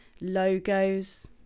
logos